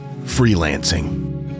freelancing